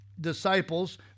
disciples